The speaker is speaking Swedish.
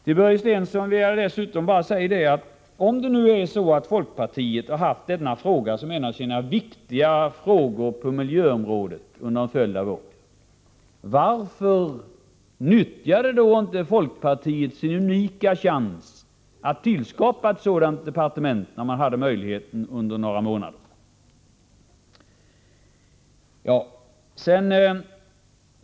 Till Börje Stensson vill jag bara säga, att om folkpartiet har haft denna fråga som en av sina viktiga punkter på miljöområdet under en följd av år, varför nyttjade då inte folkpartiet sin unika chans att tillskapa ett sådant departement när det hade möjligheten under några månader?